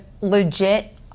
legit